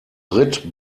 ritt